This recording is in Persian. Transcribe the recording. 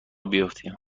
بیفتیم